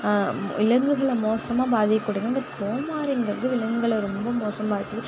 விலங்குகளை மோசமாக பாதிக்கூடியது வந்து கோமாரிங்கிறது விலங்குகளை ரொம்ப மோசமாக வச்சிது